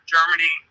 Germany